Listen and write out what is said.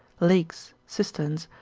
lakes, cisterns,